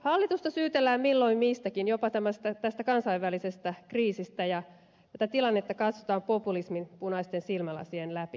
hallitusta syytellään milloin mistäkin jopa tästä kansainvälisestä kriisistä ja tätä tilannetta katsotaan populismin punaisten silmälasien läpi